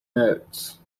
notes